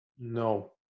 No